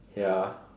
ya